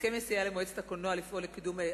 ההסכם הזה יסייע למועצת הקולנוע לפעול לקידום,